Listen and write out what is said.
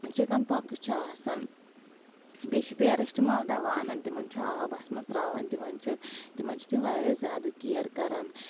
chicken pox چھِ آسان بیٚیہِ چھِ پیرسٹٕمال دوا انان تِمن چھُ آبس منٛز ترٛاوان دِوان چھِکھ تِمن چھِ تِم واریاہ زیادٕ کیر کران